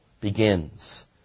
begins